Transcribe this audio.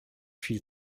viel